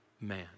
man